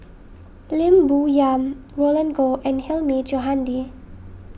Lim Bo Yam Roland Goh and Hilmi Johandi